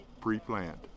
pre-planned